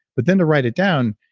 but then to write it down,